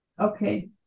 Okay